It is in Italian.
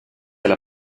alla